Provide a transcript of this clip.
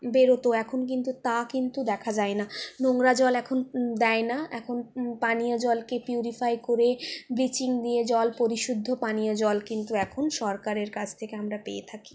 বেরোত এখন কিন্তু তা কিন্তু দেখা যায় না নোংরা জল এখন দেয় না এখন পানীয় জলকে পিউরিফাই করে ব্লিচিং দিয়ে জল পরিশুদ্ধ পানীয় জল কিন্তু এখন সরকারের কাছ থেকে আমরা পেয়ে থাকি